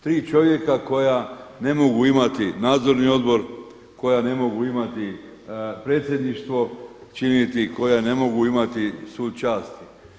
Tri čovjeka koja ne mogu imati nadzorni odbor, koja ne mogu imati predsjedništvo činiti, koja ne mogu imati svu čast.